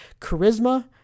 charisma